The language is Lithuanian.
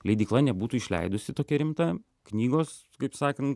leidykla nebūtų išleidusi tokia rimta knygos kaip sakan